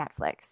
Netflix